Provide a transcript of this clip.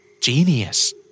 Genius